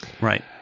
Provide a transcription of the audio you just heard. Right